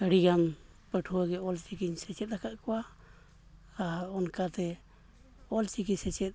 ᱟᱹᱰᱤᱜᱟᱱ ᱯᱟᱹᱴᱷᱣᱟᱹ ᱜᱮ ᱚᱞᱪᱤᱠᱤᱧ ᱥᱮᱪᱮᱫ ᱟᱠᱟᱫ ᱠᱚᱣᱟ ᱟᱨ ᱚᱱᱠᱟᱛᱮ ᱚᱞᱪᱤᱠᱤ ᱥᱮᱪᱮᱫ